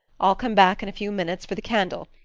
i'll come back in a few minutes for the candle.